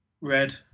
red